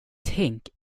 tänk